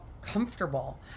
comfortable